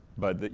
but,